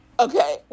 Okay